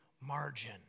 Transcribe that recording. margin